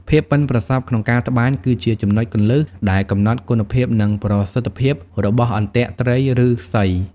ភាពប៉ិនប្រសប់ក្នុងការត្បាញគឺជាចំណុចគន្លឹះដែលកំណត់គុណភាព និងប្រសិទ្ធភាពរបស់អន្ទាក់ត្រីឫស្សី។